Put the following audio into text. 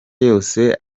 yose